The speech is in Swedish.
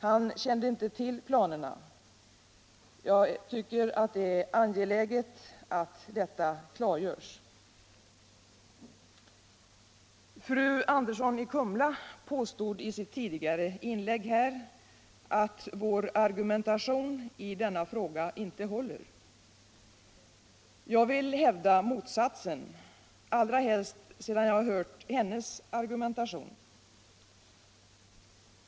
Han kände inte till planerna. Jag tycker att det är angeläget att detta klargörs. Fru Andersson i Kumla påstod i sitt tidigare inlägg här att vår argumentation i denna fråga inte håller. Jag vill hävda motsatsen, allra helst sedan jag hört hennes argumentation.